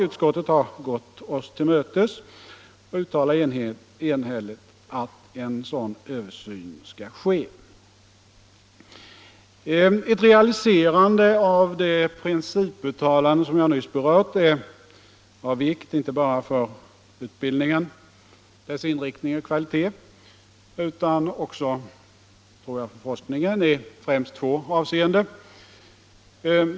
Utskottet har gått oss till mötes och uttalar enhälligt att en sådan översyn skall ske. Ett realiserande av det principuttalande som jag nyss berört är av vikt, inte bara för utbildningens inriktning och kvalitet utan också för forskningen, främst i två avseenden.